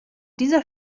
dieser